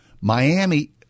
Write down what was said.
Miami